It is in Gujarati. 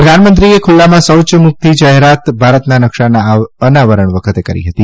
પ્રધાનમંત્રીએ ખુલ્લામાં શૌચ મુક્તની જાહેરાત ભારતના નક્શાના અનાવરણ વખતે કરી હતી